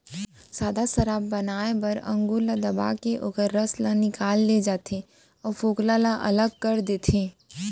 सादा सराब बनाए बर अंगुर ल दबाके ओखर रसा ल निकाल ले जाथे अउ फोकला ल अलग कर देथे